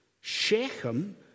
Shechem